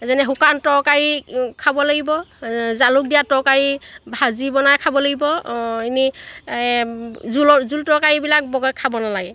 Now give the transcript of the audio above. যেনে শুকান তৰকাৰী খাব লাগিব জালুক দিয়া তৰকাৰী ভাজি বনাই খাব লাগিব এনেই জোলৰ জোল তৰকাৰীবিলাক বৰকৈ খাব নালাগে